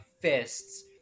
fists